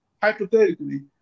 hypothetically